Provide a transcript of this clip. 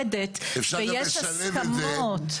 מופקדת, ויש הסכמות.